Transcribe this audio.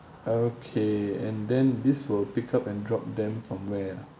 okay and then this will pick up and drop them from where ah